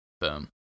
Boom